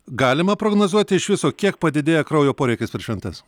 galima prognozuoti iš viso kiek padidėja kraujo poreikis per šventes